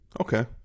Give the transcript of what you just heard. Okay